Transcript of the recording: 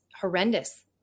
horrendous